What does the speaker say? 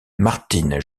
martin